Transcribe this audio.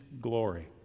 glory